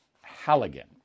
Halligan